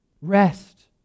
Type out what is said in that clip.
Rest